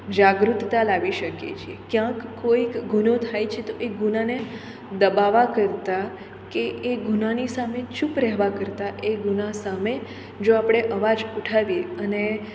જાગૃતતા લાવી શકીએ છીએ ક્યાંક કોઈક ગુનો થાય છે તો એ ગુનાને દબાવવા કરતાં કે એ ગુનાની સામે ચૂપ રહેવા કરતાં એ ગુના સામે જો આપણે અવાજ ઉઠાવીએ અને